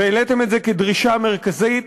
והעליתם את זה כדרישה מרכזית,